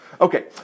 Okay